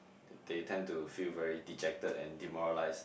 they tend to feel very dejected and demoralised